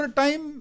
time